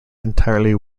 entirely